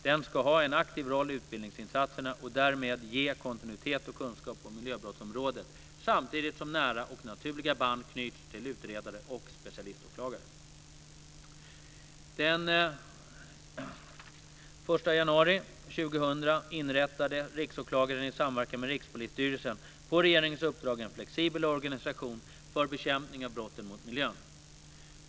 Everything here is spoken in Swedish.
Den ska ha en aktiv roll i utbildningsinsatserna och därmed ge kontinuitet och kunskap på miljöbrottsområdet samtidigt som nära och naturliga band knyts till utredare och specialiståklagare. Den 1 januari 2000 inrättade Riksåklagaren i samverkan med Rikspolisstyrelsen på regeringens uppdrag en flexibel organisation för bekämpning av brotten mot miljön.